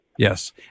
Yes